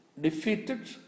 defeated